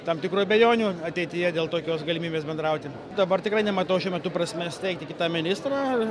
tam tikrų abejonių ateityje dėl tokios galimybės bendrauti dabar tikrai nematau šiuo metu prasmės teikti kitą ministrą